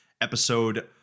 episode